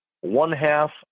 one-half